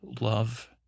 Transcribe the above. Love